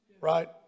right